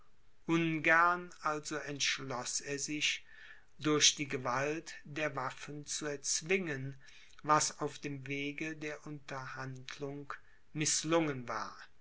ungern also entschloß er sich durch die gewalt der waffen zu erzwingen was auf dem wege der unterhandlung mißlungen war